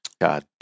God